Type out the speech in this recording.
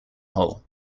hole